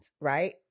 right